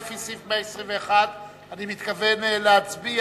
לפי סעיף 121 אני מתכוון להצביע,